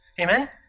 Amen